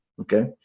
okay